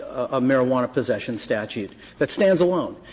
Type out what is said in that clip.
a marijuana possession statute that stands alone.